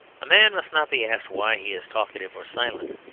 a man must not be asked why he is talkative or silent,